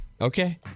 Okay